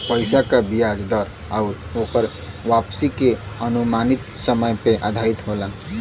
पइसा क बियाज दर आउर ओकर वापसी के अनुमानित समय पे आधारित होला